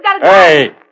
Hey